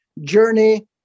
journey